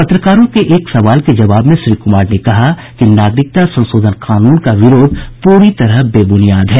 पत्रकारों के एक सवाल के जवाब में श्री कुमार ने कहा कि नागरिकता संशोधन कानून का विरोध पूरी तरह बेबुनियाद है